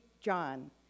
John